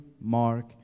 Mark